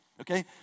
okay